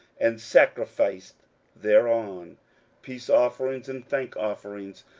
and sacrificed thereon peace offerings and thank offerings,